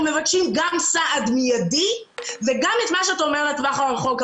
מבקשים גם סעד מיידי וגם את מה שאתה אומר לטווח הרחוק.